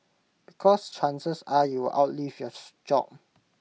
because chances are you outlive your job